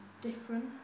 different